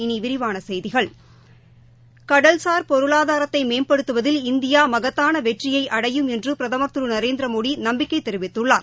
இனி விரிவான செய்திகள் கடல்சார் பொருளாதாரத்தை மேம்படுத்துவதில் இந்தியா மகத்தாள வெற்றியை அடையும் என்று பிரதமர் திரு நரேந்திரமோடி நம்பிக்கை தெரிவித்துள்ளார்